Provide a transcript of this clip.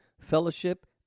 fellowship